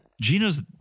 Gino's